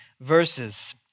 verses